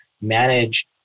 manage